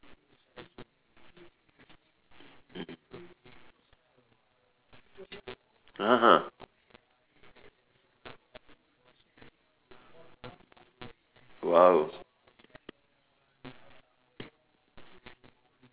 (uh huh) !wow!